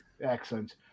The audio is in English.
Excellent